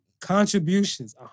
contributions